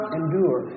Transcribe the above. endure